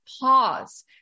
pause